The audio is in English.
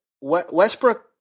Westbrook